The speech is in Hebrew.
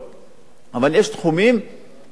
אבל יש תחומים שבהם אסור,